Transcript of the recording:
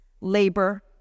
labor